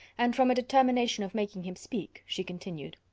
and, from a determination of making him speak, she continued